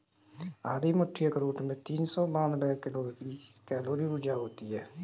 आधी मुट्ठी अखरोट में तीन सौ बानवे कैलोरी ऊर्जा होती हैं